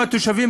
כמה תושבים,